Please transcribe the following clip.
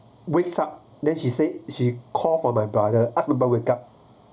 wakes up then she say she call for my brother ask about wake up